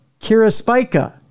Kiraspica